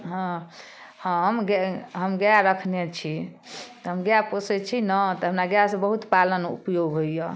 हँ हम गै गैआ रखने छी तऽ हम गैआ पोसै छी ने तऽ हमरा गैआसं बहुत पालन उपयोग होइए